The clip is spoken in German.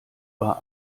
war